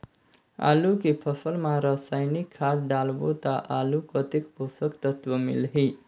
आलू के फसल मा रसायनिक खाद डालबो ता आलू कतेक पोषक तत्व मिलही?